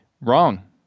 Wrong